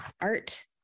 Art